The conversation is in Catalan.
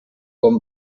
com